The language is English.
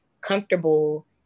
comfortable